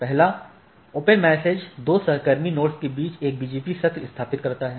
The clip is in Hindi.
1 ओपन मेसेज दो सहकर्मी नोड्स के बीच एक BGP सत्र स्थापित करता है